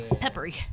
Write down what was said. Peppery